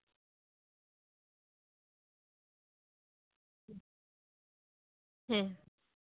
ᱦᱮᱸ